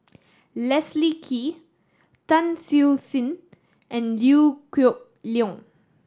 Leslie Kee Tan Siew Sin and Liew Geok Leong